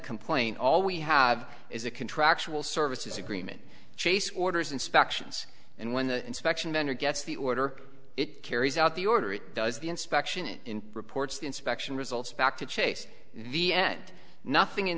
complaint all we have is a contractual services agreement chase orders inspections and when the inspection vendor gets the order it carries out the order it does the inspection it reports the inspection results back to chase the end nothing in